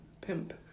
pimp